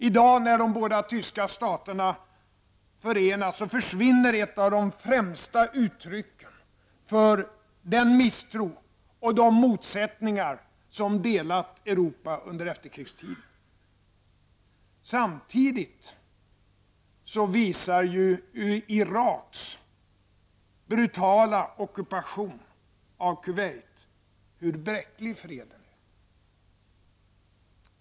I dag, när de båda tyska staterna förenas, försvinner ett av de främsta uttrycken för den misstro och de motsättningar som delat Europa under efterkrigstiden. Samtidigt visar Iraks brutala ockupation av Kuwait hur bräcklig freden är.